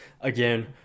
again